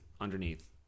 underneath